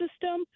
system